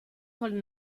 col